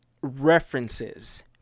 References